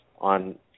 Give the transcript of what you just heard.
on